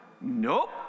Nope